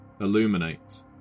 illuminate